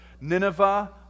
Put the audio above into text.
Nineveh